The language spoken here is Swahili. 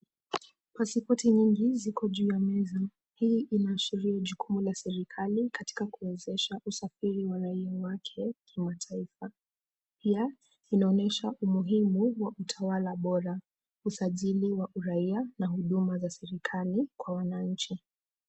Pasipoti nyingi ziko juu ya meza, Hii inaashiria jukumu la serikali katika kuwezesha kusafiri wa raia wake kimataifa. Pia inaonyesha umuhimu wa utawala bora, usajili, wa uraia na huduma za serikali kwa wananchi.